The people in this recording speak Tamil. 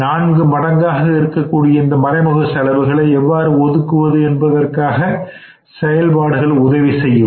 நான்கு மடங்காக இருக்கக்கூடிய இந்த மறைமுக செலவுகளை எவ்வாறு ஒதுக்குவது என்பதற்காக செயல்பாடுகள் உதவி செய்யும்